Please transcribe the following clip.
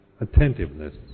attentiveness